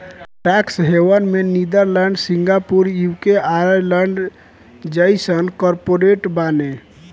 tax haven में Netherlands, Singapore, UK, Ireland जइसन corporate बाने